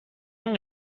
این